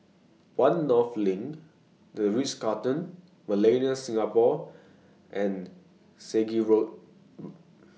one North LINK The Ritz Carlton Millenia Singapore and Selegie Road